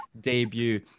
debut